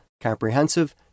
comprehensive